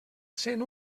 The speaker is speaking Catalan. cent